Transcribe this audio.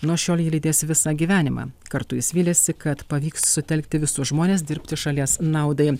nuo šiol jį lydės visą gyvenimą kartu jis vylėsi kad pavyks sutelkti visus žmones dirbti šalies naudai